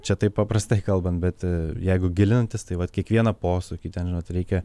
čia taip paprastai kalbant bet jeigu gilintis tai vat kiekvieną posūkį ten žinot reikia